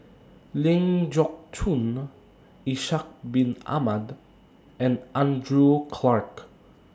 Ling Geok Choon Ishak Bin Ahmad and Andrew Clarke